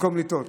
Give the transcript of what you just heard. במקום לטעות.